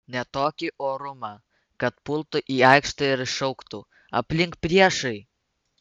ne tokį orumą kad pultų į aikštę ir šauktų aplink priešai